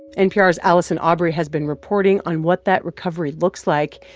npr's allison aubrey has been reporting on what that recovery looks like.